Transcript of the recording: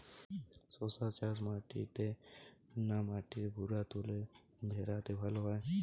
শশা চাষ মাটিতে না মাটির ভুরাতুলে ভেরাতে ভালো হয়?